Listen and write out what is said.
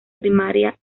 primaria